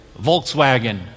Volkswagen